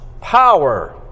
power